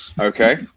Okay